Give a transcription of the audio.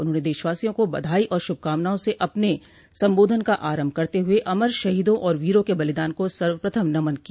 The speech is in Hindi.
उन्होंने देशवासियों को बधाई और श्रभकामनाओं से अपने संबोधन का आरंभ करते हुए अमर शहीदों और वीरों के बलिदान को सर्वप्रथम नमन किया